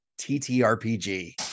TTRPG